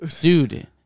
dude